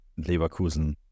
Leverkusen